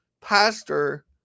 Pastor